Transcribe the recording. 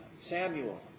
Samuel